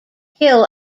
hill